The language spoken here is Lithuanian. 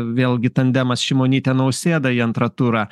vėlgi tandemas šimonytė nausėda į antrą turą